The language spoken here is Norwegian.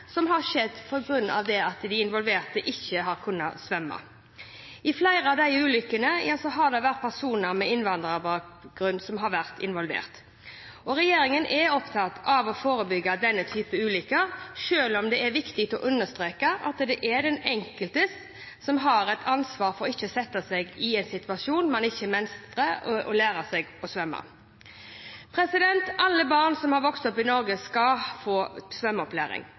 som har skjedd på grunn av at de involverte ikke har kunnet svømme. I flere av de ulykkene har det vært personer med innvandrerbakgrunn som har vært involvert. Regjeringen er opptatt av å forebygge denne typen ulykker, selv om det er viktig å understreke at det er den enkelte som har et ansvar for ikke å sette seg i en situasjon man ikke mestrer, og å lære seg å svømme. Alle barn som har vokst opp i Norge, skal få svømmeopplæring.